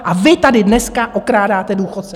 A vy tady dneska okrádáte důchodce!